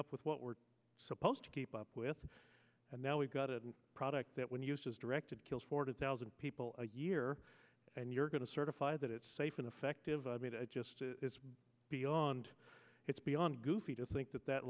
up with what we're supposed to keep up with and now we've got a product that when used as directed kills forty thousand people a year and you're going to certify that it's safe and effective i mean to just beyond it's beyond goofy to think that that